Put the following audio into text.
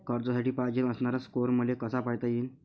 कर्जासाठी पायजेन असणारा स्कोर मले कसा पायता येईन?